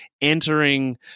entering